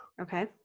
Okay